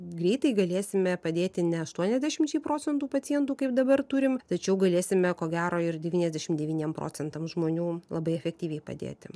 greitai galėsime padėti ne aštuoniasdešimčiai procentų pacientų kaip dabar turim tačiau galėsime ko gero ir devyniasdešim devyniem procentam žmonių labai efektyviai padėti